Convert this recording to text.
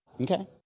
Okay